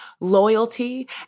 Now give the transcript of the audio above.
loyalty